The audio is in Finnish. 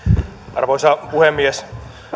arvoisa puhemies